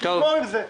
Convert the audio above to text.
נגמור עם זה.